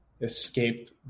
escaped